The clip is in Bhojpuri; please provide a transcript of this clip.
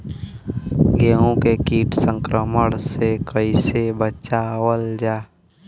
गेहूँ के कीट संक्रमण से कइसे बचावल जा?